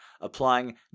applying